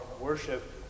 worship